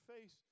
face